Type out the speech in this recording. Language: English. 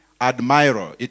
admirer